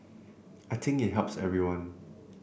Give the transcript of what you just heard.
I think it helps everyone